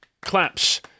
claps